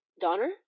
Donner